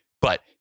But-